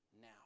now